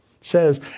says